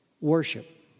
worship